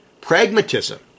Pragmatism